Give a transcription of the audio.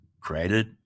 created